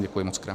Děkuji mockrát.